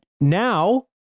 now